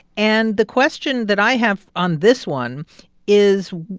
and the question that i have on this one is,